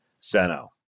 Seno